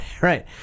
right